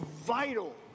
vital